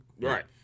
Right